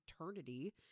eternity